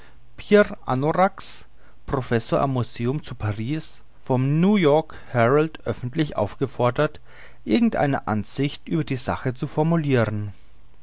professor am museum zu paris vom new york herald öffentlich aufgefordert irgend eine ansicht über die sache zu formuliren